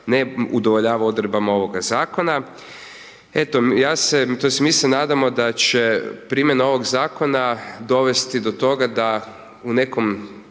ne udovoljava odredbama ovoga zakona. Eto ja se, tj. mi se nadamo da će primjena ovog zakona dovesti do toga da u nekom,